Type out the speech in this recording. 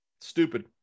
stupid